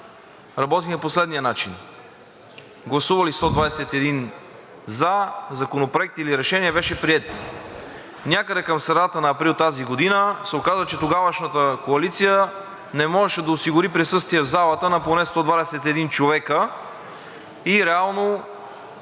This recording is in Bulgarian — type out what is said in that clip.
работихме по следния начин – гласували 121 за и законопроектът или решението бяха приети. Някъде към средата на април тази година се оказа, че тогавашната коалиция не можеше да осигури присъствие в залата на поне 121 човека и реално